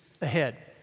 ahead